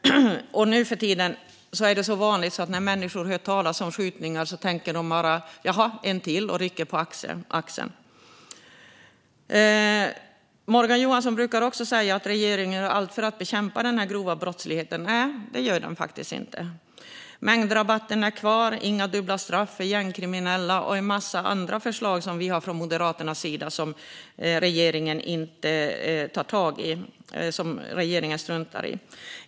Nu för tiden är de så vanliga att människor bara tänker "jaha, en till" och rycker på axlarna när de hör talas om skjutningar. Morgan Johansson brukar också säga att regeringen gör allt för att bekämpa den grova brottsligheten. Nej, det gör den faktiskt inte. Mängdrabatten är kvar. Det blir inga dubbla straff för gängkriminella. Från Moderaternas sida har vi en massa andra förslag som regeringen inte tar tag i utan struntar i.